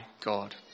god